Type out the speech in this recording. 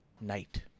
night